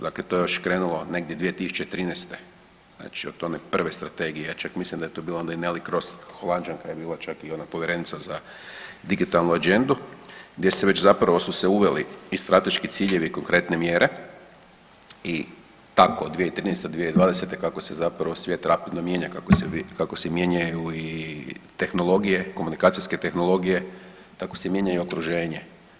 Dakle, to je još krenulo negdje 2013. znači o tome prve strategije ja čak mislim da je tu bila i Neli Cross, Holađanka je bila čak i ona povjerenica za digitalnu agendu, gdje se već zapravo su se uveli i strateški ciljevi, konkretne mjere i tako 2013., 2020., kako se zapravo svijet rapidno mijenja, kako se mijenjaju i tehnologije, komunikacijske tehnologije tako se mijenja i okruženje.